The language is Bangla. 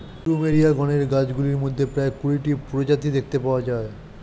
প্লুমেরিয়া গণের গাছগুলির মধ্যে প্রায় কুড়িটি প্রজাতি দেখতে পাওয়া যায়